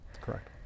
correct